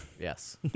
Yes